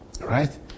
Right